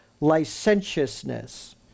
licentiousness